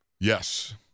Yes